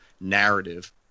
narrative